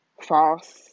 false